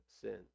sin